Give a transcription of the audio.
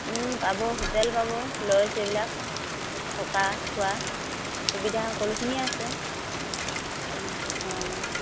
পাব হোটেল পাব লজ এইবিলাক থকা খোৱা সুবিধা সকলোখিনিয়ে আছে অঁ